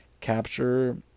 capture